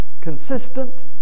consistent